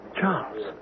Charles